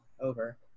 over